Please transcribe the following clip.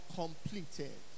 completed